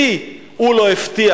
אנחנו שוכחים את אבי אבות החטא, איפה זה